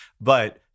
but-